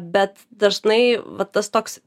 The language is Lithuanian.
bet dažnai va tas toks